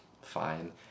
fine